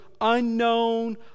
unknown